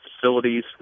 facilities